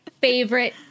favorite